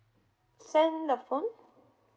send the phone